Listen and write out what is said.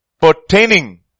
pertaining